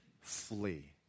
flee